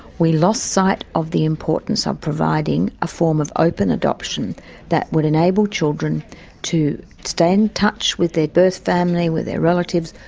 we lost sight of the importance of providing a form of open adoption that would enable children to stay in touch with their birth family, with their relatives,